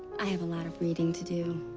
i have a lot of reading to do.